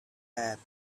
app